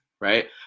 right